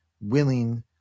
willing